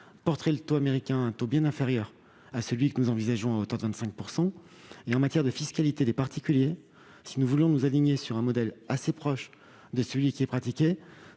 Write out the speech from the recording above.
porterait le taux américain à un niveau bien inférieur au taux de 25 % que nous proposons. En matière de fiscalité des particuliers, si nous voulions nous aligner sur un modèle assez proche de celui qui est pratiqué